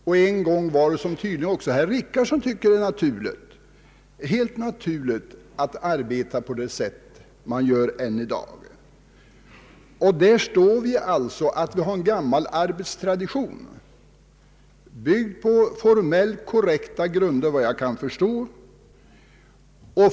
En gång i tiden var det, som tydligen herr Richardson också anser, helt naturligt att man arbetade på det sätt man gör än i dag. Vi har alltså en gammal ar betstradition, byggd på formellt korrekta grunder vad jag kan förstå.